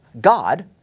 God